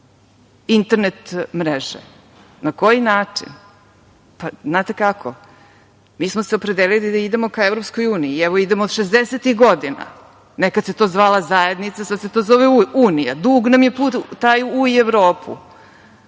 internet mreže. Na koji način? Znate kako, mi smo se opredelili da idemo ka EU i, evo, idemo od šezdesetih godina. Nekad se to zvala zajednica, sada se to zove Unija. Dug nam je taj put u Evropu,